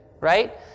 right